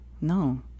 No